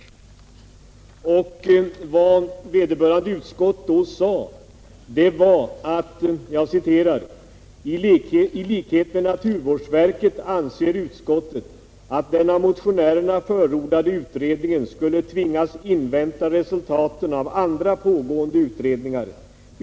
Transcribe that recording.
I sitt utlåtande hade vederbörande utskott — i likhet med naturvårdsverket — uttalat bl.a. följande: ”I likhet med naturvårdsverket anser utskottet att den av motionärerna förordade utredningen skulle tvingas invänta resultaten av andra pågående utredningar.